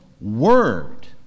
word